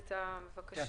בבקשה.